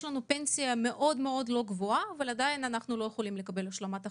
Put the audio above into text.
יש לנו פנסיה מאוד לא גבוהה ועדיין אנחנו לא יכולים לקבל השלמת הכנסה.